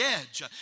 edge